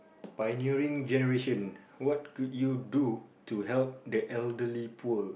pioneering generation what could you do to help the elderly poor